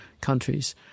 countries